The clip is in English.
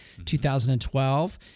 2012